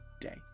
day